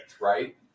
right